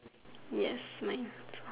yes mine